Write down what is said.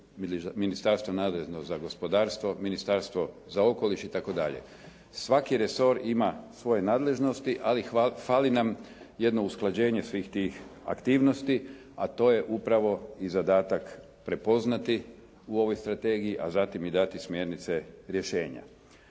Ministarstvo nadležno za gospodarstvo, Ministarstvo za okoliš itd. Svaki resor ima svoje nadležnosti, ali fali nam jedno usklađenje svih tih aktivnosti, a to je upravo i zadatak prepoznati u ovoj strategiji, a zatim i dati smjernice rješenja.